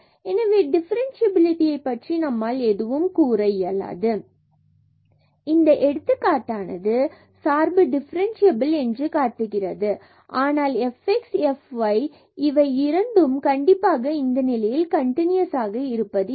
எனவே டிஃபரன்ஸ்சியபிலிடியை பற்றி நம்மால் எதுவும் கூற இயலாது fxyx2y2cos 1x2y2 xy00 0xy00 இந்த எடுத்துக்காட்டானது சார்பானது டிஃபரண்டாசியபில் என்று காட்டுகிறது ஆனால் fx மற்றும் fy இவை இரண்டும் கண்டிப்பாக இந்த நிலையில் கன்டினுயஸாக இருப்பது இல்லை